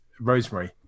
Rosemary